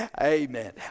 Amen